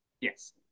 Yes